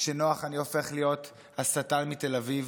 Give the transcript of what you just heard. כשנוח, אני הופך להיות השטן מתל אביב.